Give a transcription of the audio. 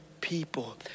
people